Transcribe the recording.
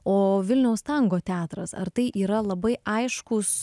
o vilniaus tango teatras ar tai yra labai aiškūs